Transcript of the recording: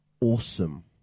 awesome